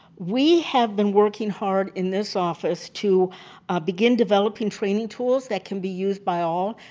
we have been working hard in this office to begin developing training tools that can be used by all.